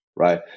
right